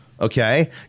Okay